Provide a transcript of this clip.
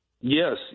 Yes